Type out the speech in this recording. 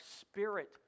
spirit